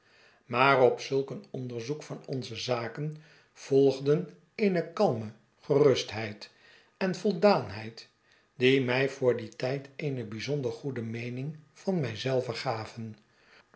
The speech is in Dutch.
maar op zulk een onderzoek van onze zaken volgden eene kalmte gerustheid en voldaanheid die mij voor dien tijd eene bijzonder goede meening van mij zelven gaven